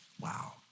Wow